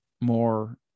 more